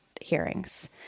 hearings